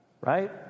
right